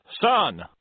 son